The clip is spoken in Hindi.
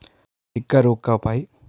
टिक्का रोग का उपाय?